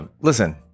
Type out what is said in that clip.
listen